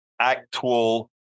actual